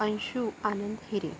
Anshu Anand Hire